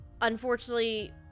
unfortunately